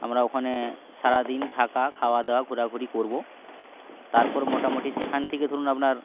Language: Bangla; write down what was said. আমরা ওখানে সারাদিন থাকা খাওয়া দাওয়া ঘোরাঘুরি করবো তারপর মোটামোটি সেখান থেকে ধরুন আপনার